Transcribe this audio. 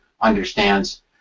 understands